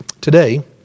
Today